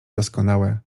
doskonałe